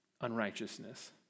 unrighteousness